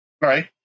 Right